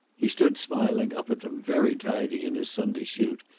he stood smiling up at them, very tidy in his sunday suit,